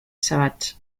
savage